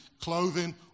clothing